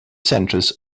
centres